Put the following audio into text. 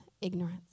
ignorance